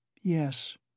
Yes